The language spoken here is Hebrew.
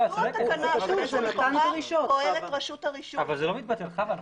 אבל לא מבטלים את זה.